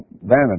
vanity